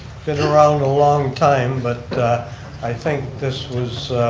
been around a long time, but i think this was